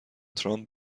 ترامپ